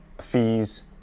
fees